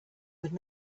would